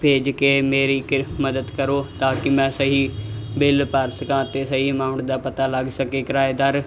ਭੇਜ ਕੇ ਮੇਰੀ ਕਿਰ ਮਦਦ ਕਰੋ ਤਾਂ ਕਿ ਮੈਂ ਸਹੀ ਬਿੱਲ ਭਰ ਸਕਾਂ ਅਤੇ ਸਹੀ ਅਮਾਊਂਟ ਦਾ ਪਤਾ ਲੱਗ ਸਕੇ ਕਿਰਾਏਦਾਰ